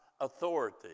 authority